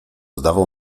zdawał